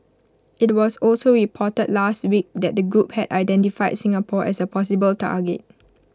IT was also reported last week that the group had identified Singapore as A possible target